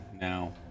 now